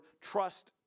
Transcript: Trust